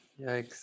Yikes